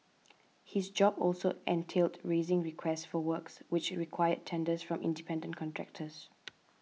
his job also entailed raising requests for works which required tenders from independent contractors